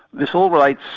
this all relates,